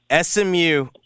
SMU